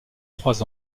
trois